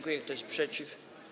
Kto jest przeciw?